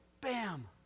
Bam